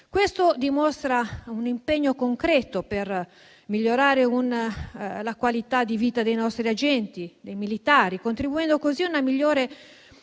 Ciò dimostra un impegno concreto per migliorare la qualità di vita dei nostri agenti e militari, contribuendo così ad una migliore